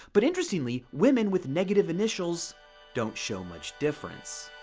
but interestingly, women with negative initials don't show much difference.